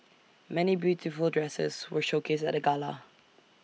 many beautiful dresses were showcased at the gala